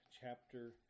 chapter